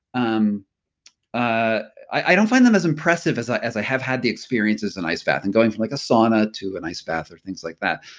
um ah i don't find them as impressive as i as i have had the experience as an ice bath, and going from like a sauna to an ice bath or things like that.